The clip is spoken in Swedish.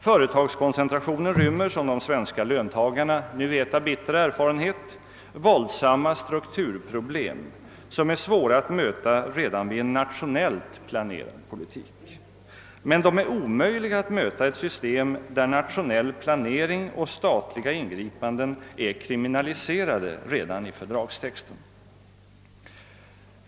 Företagskoncentrationen rymmer, som de svenska löntagarna nu vet av bitter erfarenhet, våldsamma strukturproblem, som är svåra att möta redan vid en nationellt planerad politik men omöjliga att bemästra i ett system där nationell planering och statliga ingripanden är kriminaliserade redan i fördragstexten.